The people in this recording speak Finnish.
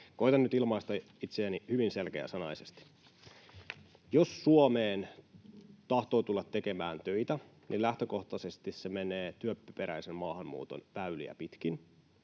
Koetan nyt ilmaista itseäni hyvin selkeäsanaisesti. Jos Suomeen tahtoo tulla tekemään töitä, niin lähtökohtaisesti se menee työperäisen maahanmuuton väyliä pitkin.